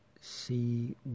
see